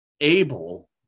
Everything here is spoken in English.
able